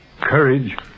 Courage